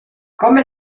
come